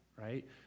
right